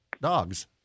Dogs